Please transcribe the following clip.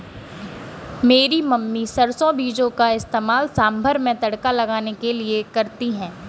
मेरी मम्मी सरसों बीजों का इस्तेमाल सांभर में तड़का लगाने के लिए करती है